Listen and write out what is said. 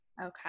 Okay